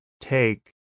take